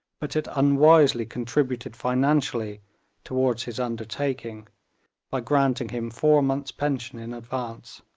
but it unwisely contributed financially toward his undertaking by granting him four months' pension in advance.